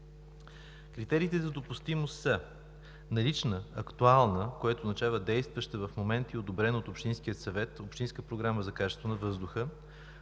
Критериите за допустимост са: налична актуална, което означава действаща в момента и одобрена от общинския съвет, общинска програма за качеството на въздуха.